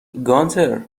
گانتر